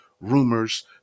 rumors